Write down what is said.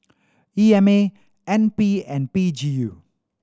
E M A N P and P G U